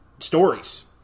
stories